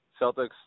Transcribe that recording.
Celtics